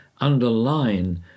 underline